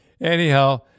Anyhow